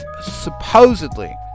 supposedly